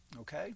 okay